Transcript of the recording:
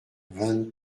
vingt